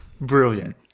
Brilliant